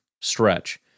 stretch